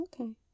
Okay